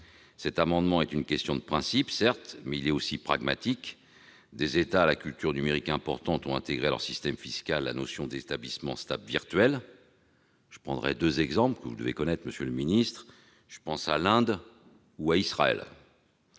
Cet amendement soulève certes une question de principe, mais il se veut aussi pragmatique : des États à la culture numérique importante ont intégré à leur système fiscal la notion d'établissement stable virtuel. Je citerai deux exemples, que vous devez connaître, monsieur le ministre : l'Inde et Israël.